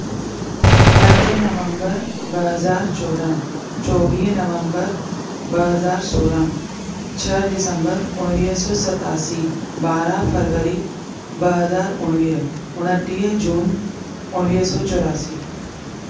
पंज नवंबर ॿ हज़ार चोॾहं चोवीह नवंबर ॿ हज़ार सोरहं छह दिसंबर उणिवीह सौ सतासी ॿारहं फरवरी ॿ हज़ार उणिवीह उणटीह जून उणिवीह सौ चौरासी